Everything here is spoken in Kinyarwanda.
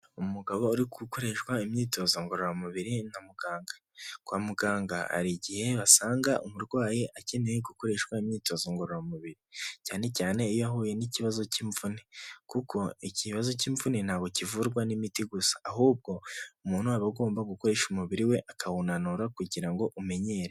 Umugabo uri gukoreshwa imyitozo ngororamubiri na muganga, kwa muganga hari igihe basanga umurwayi akeneye gukoreshwa imyitozo ngororamubiri, cyane cyane iyo ahuye n'ikibazo cy'imvune kuko ikibazo cy'imvune ntabwo kivurwa n'imiti gusa ahubwo umuntu aba agomba gukoresha umubiri we akawunanura kugira ngo umenyere.